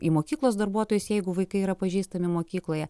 į mokyklos darbuotojus jeigu vaikai yra pažįstami mokykloje